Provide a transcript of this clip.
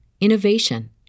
innovation